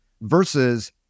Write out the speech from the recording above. versus